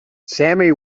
sammy